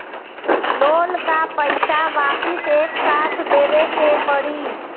Loan का पईसा वापिस एक साथ देबेके पड़ी?